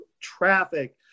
traffic